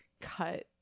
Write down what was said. cut